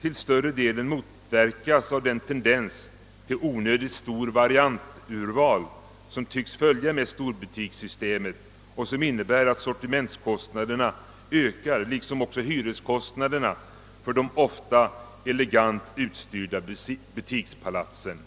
till större delen motverkas av den tendens till onödigt stort varianturval som tycks följa med storbutikssystemet och som innebär att sortimentskostnaderna ökar, liksom också hyreskostnaderna för de ofta elegant utstyrda butikspalatsen.